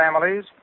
families